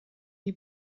die